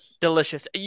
Delicious